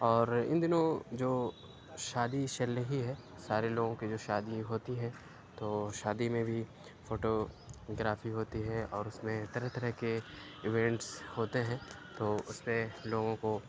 اور اِن دِنوں جو شادی چل رہی ہے سارے لوگوں کی جو شادی ہوتی ہے تو شادی میں بھی فوٹو گرافی ہوتی ہے اور اُس میں طرح طرح کے ایوینٹس ہوتے ہیں تو اُس سے لوگوں کو